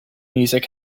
music